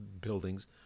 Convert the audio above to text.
buildings